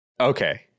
Okay